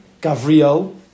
Gavriel